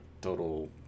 total